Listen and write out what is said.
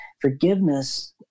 Forgiveness